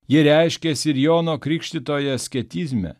ji reiškiasi ir jono krikštytojo asketizme